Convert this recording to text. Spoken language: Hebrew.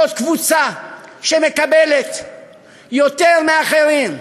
זאת קבוצה שמקבלת יותר מאחרים,